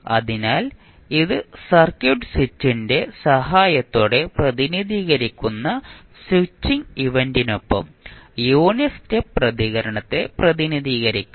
അതിനാൽ ഇത് സർക്യൂട്ട് സ്വിച്ചിന്റെ സഹായത്തോടെ പ്രതിനിധീകരിക്കുന്ന സ്വിച്ചിംഗ് ഇവന്റിനൊപ്പം യൂണിറ്റ് സ്റ്റെപ്പ് പ്രതികരണത്തെ പ്രതിനിധീകരിക്കാം